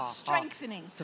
strengthening